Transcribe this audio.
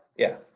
yeah.